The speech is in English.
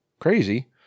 crazy